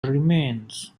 remains